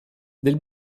del